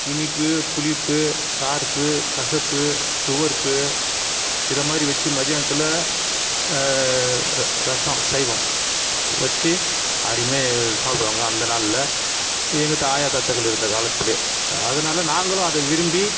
இனிப்பு புளிப்பு கார்ப்பு கசப்பு துவர்ப்பு இது மாதிரி வச்சு மத்தியானத்துல ர ரசம் சைவம் வச்சு அருமையாக சாப்பிடுவாங்க அந்த நாளில் எங்கள் தா ஆயா தாத்தாக்கள் இருந்த காலத்திலே அதனால் நாங்களும் அதை விரும்பி